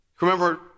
Remember